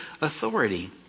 authority